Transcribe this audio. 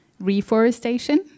reforestation